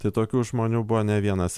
tai tokių žmonių buvo ne vienas